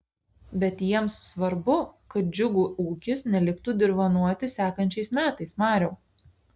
bet jiems svarbu kad džiugų ūkis neliktų dirvonuoti sekančiais metais mariau